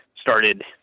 started